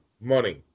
money